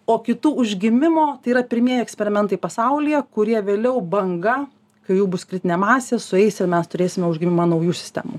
o kitų užgimimo tai yra pirmieji eksperimentai pasaulyje kurie vėliau banga kai jų bus kritinė masė sueis ir mes turėsime užgimimą naujų sistemų